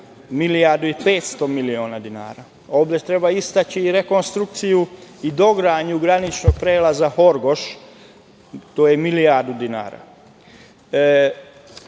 milijardu i 500 miliona dinara. Ovde treba istaći i rekonstrukciju i dogradnju graničnog prelaza Horgoš, to je milijardu dinara.